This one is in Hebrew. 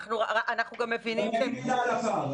אנחנו גם מבינים --- אני אגיד מילה על הפער.